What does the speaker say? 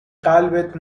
قلبت